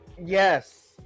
Yes